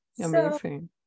amazing